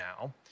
now